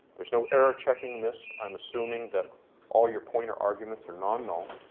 there is no error checking this. i'm assuming that all your pointer arguments are non-null.